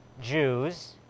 Jews